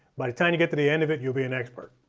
by the time you get to the end of it you'll be an expert.